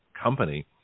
company